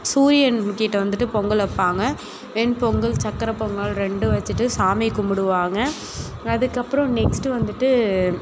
சூரியன்கிட்ட வந்துட்டு பொங்கல் வைப்பாங்க வெண்பொங்கல் சக்கரை பொங்கல் ரெண்டும் வச்சுட்டு சாமி கும்பிடுவாங்க அதுக்கப்புறம் நெக்ஸ்ட்டு வந்துட்டு